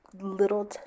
little